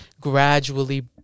gradually